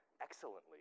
excellently